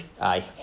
Aye